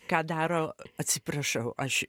ką daro atsiprašau aš